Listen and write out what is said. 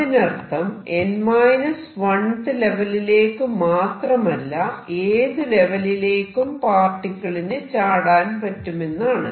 അതിനർത്ഥം th ലെവലിലേക്കു മാത്രമല്ല ഏത് ലെവലിലേക്കും പാർട്ടിക്കിളിന് ചാടാൻ പറ്റുമെന്നാണ്